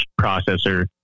processor